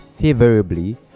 favorably